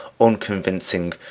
unconvincing